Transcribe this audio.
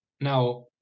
Now